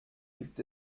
gibt